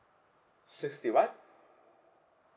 sixty what